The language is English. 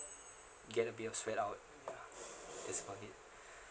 get a bit of sweat out there's COVID